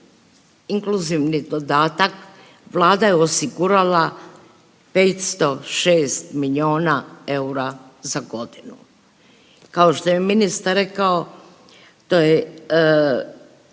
inkluzivni dodatak Vlada je osigurala 506 miliona eura za godinu. Kao što je ministar rekao to je